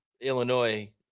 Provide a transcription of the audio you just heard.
Illinois